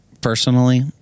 personally